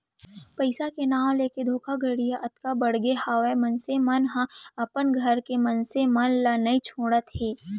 पइसा के नांव लेके धोखाघड़ी ह अतका बड़गे हावय मनसे मन ह अपन घर के मनसे मन ल नइ छोड़त हे